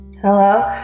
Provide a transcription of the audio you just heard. Hello